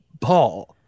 Paul